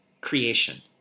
creation